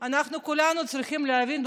אנחנו כולנו צריכים להבין,